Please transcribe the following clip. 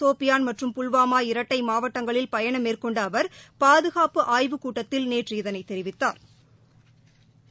சோபியான் மற்றும் புல்வாமா இரட்டை மாவட்டங்களில் பயணம் மேற்கொண்ட அவர் பாதுகாப்பு ஆய்வுக் கூட்டத்தில் நேற்று இதை தெரிவித்தாா்